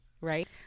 right